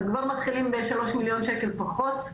אז כבר מתחילים ב-3 מיליון שקל פחות,